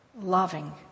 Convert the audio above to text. loving